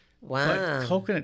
Wow